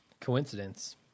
coincidence